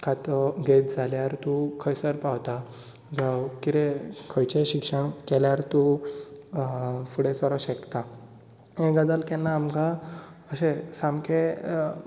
खातो घेत जाल्यार तूं खंयसर पावता जावं कितें खंयचें शिक्षण केल्यार तूं फुडें सरोंक शकता हे गजाल केन्ना आमकां अशें सामकें